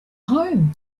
home